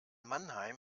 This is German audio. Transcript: mannheim